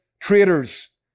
traitors